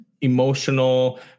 emotional